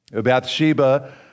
Bathsheba